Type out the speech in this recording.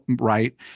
right